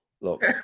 Look